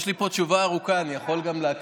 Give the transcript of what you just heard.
יש לי פה תשובה ארוכה, אני יכול להקריא